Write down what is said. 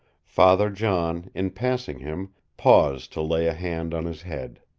father john, in passing him, paused to lay a hand on his head.